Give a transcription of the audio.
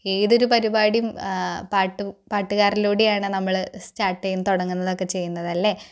ഏതൊരു പരിപാടിയും പാട്ടു പാട്ടുക്കാരിലൂടെയാണ് നമ്മള് സ്റ്റാർട്ട് ചെയ്യ് തുടങ്ങുന്നത് ഒക്കെ ചെയുന്നത് അല്ലേ